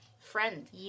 friend